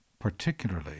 particularly